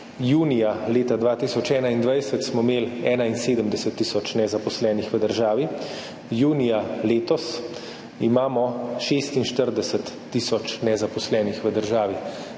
junija leta 2021 smo imeli 71 tisoč nezaposlenih v državi, junija letos imamo 46 tisoč nezaposlenih v državi,